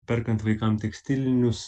perkant vaikam tekstilinius